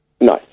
No